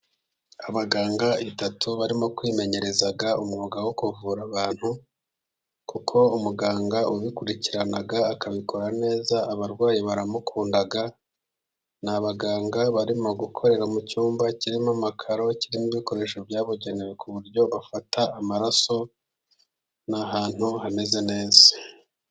Abaganga batatu barimo kwimenyereza umwuga wo kuvura abantu kuko umuganga ubikurikirana akabikora neza abarwayi baramukunda. Ni abaganga barimo gukorera mu cyumba kirimo amakaro, kirimo ibikoresho byabugenewe ku buryo bafata amaraso. Ni ahantu hameze neza.